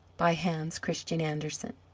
by hans christian andersen